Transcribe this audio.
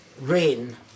rain